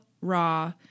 raw